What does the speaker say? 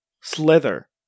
Slither